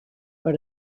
but